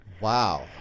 Wow